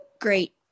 great